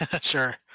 sure